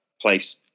place